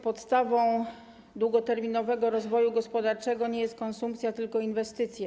Podstawą długoterminowego rozwoju gospodarczego nie jest konsumpcja, tylko inwestycje.